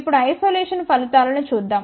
ఇప్పుడు ఐసొలేషన్ ఫలితాలను చూద్దాం